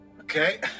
Okay